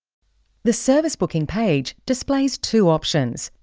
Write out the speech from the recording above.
the service booking page displays two options,